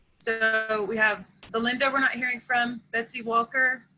so we have belinda we're not hearing from, betsy walker,